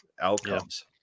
outcomes